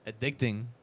addicting